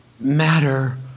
matter